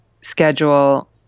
schedule